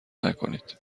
نکنید